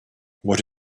what